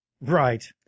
right